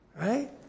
Right